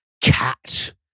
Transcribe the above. cat